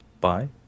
Bye